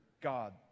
God